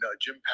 Jim